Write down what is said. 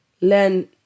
learn